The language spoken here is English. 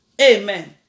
Amen